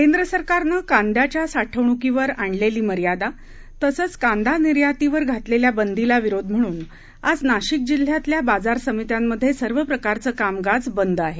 केंद्र सरकारनं कांद्याच्या साठवणूकीवर आणलेली मर्यादा तसंच कांदा निर्यातीवर घातलेल्या बंदीला विरोध म्हणून आज नाशिक जिल्ह्यातल्या बाजार समित्यांमधे सर्व प्रकारचं कामकाज आज बंद आहे